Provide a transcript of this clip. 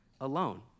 alone